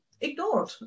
ignored